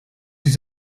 sich